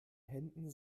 händen